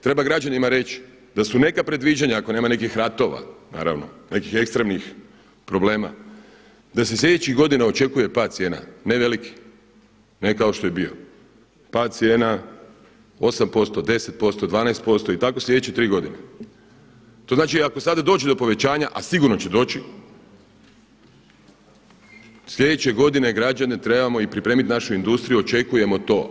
Treba građanima reći da su neka predviđanja ako nema nekih ratova, naravno nekih ekstremnih problema, da se sljedećih godina očekuje pad cijena, ne veliki, ne kao što je bio pad cijena 8%, 10%, 12% i tako sljedeće tri godine. to znači da ako sad dođe do povećanja, a sigurno će doći sljedeće godine građane trebamo i pripremit našu industriju, očekujemo to.